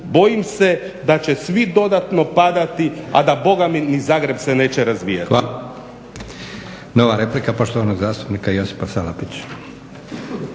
bojim se da će svi dodatno padati a da bogami ni Zagreb se neće razvijati. **Leko, Josip (SDP)** Hvala. Nova replika poštovanog zastupnika Josipa Salapić.